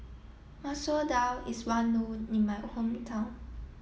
Masoor Dal is well known in my hometown